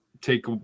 take